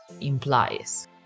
implies